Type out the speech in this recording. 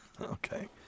Okay